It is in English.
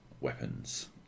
weapons